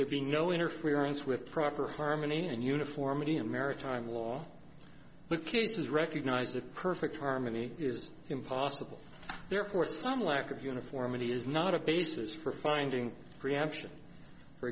there be no interference with proper harmony and uniformity in maritime law the case is recognized that perfect harmony is impossible therefore some lack of uniformity is not a basis for finding preemption for